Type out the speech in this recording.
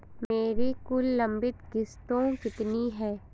मेरी कुल लंबित किश्तों कितनी हैं?